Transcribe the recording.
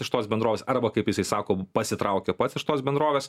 iš tos bendrovės arba kaip jisai sako pasitraukė pats iš tos bendrovės